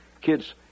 kids